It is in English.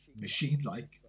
machine-like